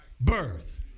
birth